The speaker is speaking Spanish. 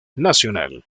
nacional